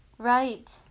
right